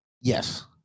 Yes